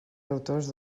deutors